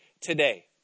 today